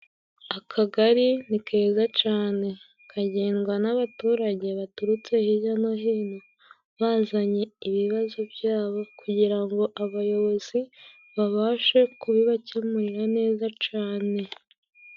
Akagari ni keza cane, kagendwa n'abaturage baturutse hirya no hino， bazanye ibibazo byabo，kugirango abayobozi babashe kubibakemurira neza cane.